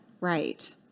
Right